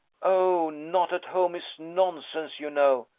oh, not at home is nonsense, you know.